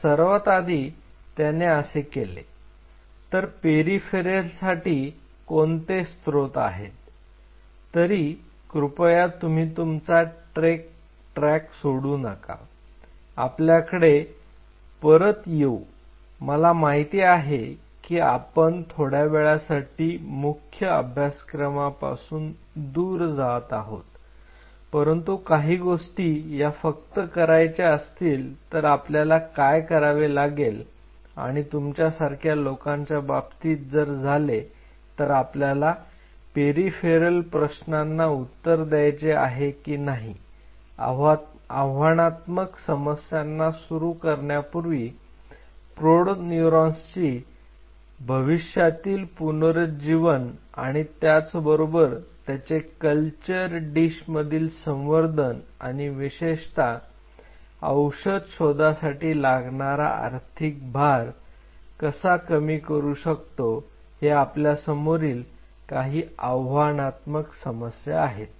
तर सर्वात आधी त्याने असे केले तर पेरिफेरल साठी कोणते स्त्रोत आहेत तरी कृपया तुम्ही तुमचा ट्रेक सोडू नका आपल्याकडे परत येऊ मला माहित आहे की आपण थोड्यावेळासाठी मुख्य अभ्यासक्रमापासून दूर जात आहोत परंतु काही गोष्टी या फक्त करायचे असतील तर आपल्याला काय करावे लागेल आणि तुमच्या सारख्या लोकांच्या बाबतीत जर झाले तर आपल्याला पेरिफेरल प्रश्नांना उत्तर द्यायचे आहे काही आव्हानात्मक समस्यांना सुरू करण्यापूर्वी प्रौढ न्यूरॉन्सची भविष्यातील पुनरुज्जीवन आणि त्याच बरोबर त्यांचे कल्चर डिश मधील संवर्धन आणि विशेषतः औषध शोधासाठी लागणारा आर्थिक भार कसा कमी करू शकतो हे आपल्यासमोरील काही आव्हानात्मक समस्या आहेत